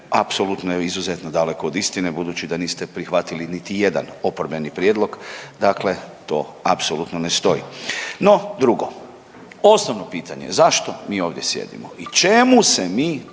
apsolutno je izuzetno daleko od istine budući da niste prihvatili niti jedan oporbeni prijedlog. Dakle, to apsolutno ne stoji. No, drugo osnovno pitanje, zašto mi ovdje sjedimo i čemu se mi